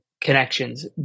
connections